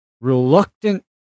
reluctant